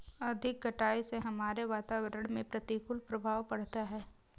अधिक कटाई से हमारे वातावरण में प्रतिकूल प्रभाव पड़ता है